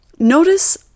Notice